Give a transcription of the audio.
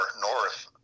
north